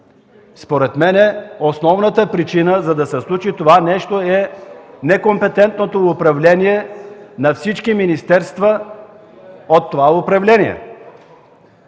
Според мен основната причина, за да се случи това, е некомпетентното управление на всички министерства от това управление,